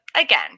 again